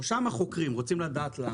שם חוקרים, רוצים לדעת למה.